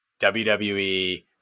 WWE